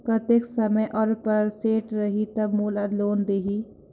कतेक समय और परसेंट रही तब मोला लोन देही?